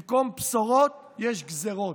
במקום בשורות, יש גזרות.